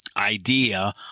idea